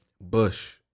Bush